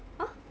!huh!